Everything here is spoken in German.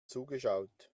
zugeschaut